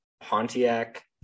Pontiac